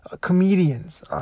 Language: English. comedians